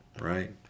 right